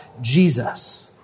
Jesus